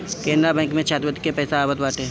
Canara bank में छात्रवृत्ति के पईसा आवत बाटे